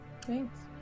Thanks